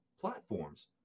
platforms